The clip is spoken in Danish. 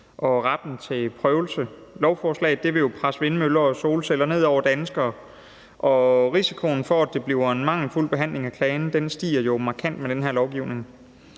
og retten til prøvelse. Lovforslaget vil jo presse vindmøller og solceller ned over danskere, og risikoen for, at det bliver en mangelfuld behandling af klagen stiger markant med den her lovgivning.